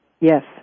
Yes